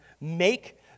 make